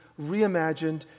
reimagined